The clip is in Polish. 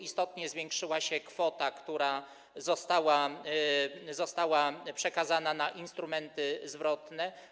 Istotnie zwiększyła się kwota, która została przekazana na instrumenty zwrotne.